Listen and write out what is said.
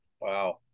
wow